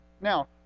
Now